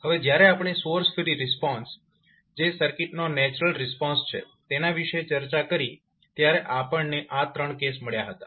હવે જ્યારે આપણે સોર્સ ફ્રી રિસ્પોન્સ જે સર્કિટનો નેચરલ રિસ્પોન્સ છે તેના વિશે ચર્ચા કરી ત્યારે આપણને આ ત્રણ કેસ મળ્યા હતા